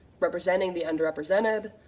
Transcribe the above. representing the under represented,